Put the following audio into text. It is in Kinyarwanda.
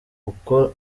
uko